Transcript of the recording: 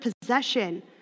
possession